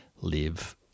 live